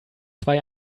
zwei